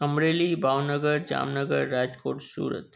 Amreli Bhavnagar Jamnagar Rajkot Surat